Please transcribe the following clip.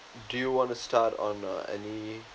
do you wanna start on uh any